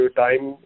time